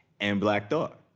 and black thought.